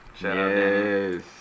Yes